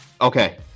Okay